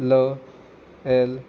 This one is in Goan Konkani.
ल एल